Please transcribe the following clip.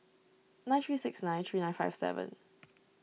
nine three six nine three nine five seven